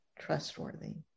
trustworthy